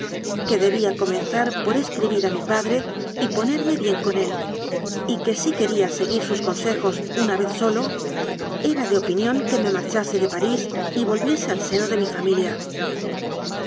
que debía comen zar por escribir a mi padre y ponerme bien con él y que si quería seguir sus consejos una vez sólo era de opinión que me marchase de parís y vol viese al seno de mi familia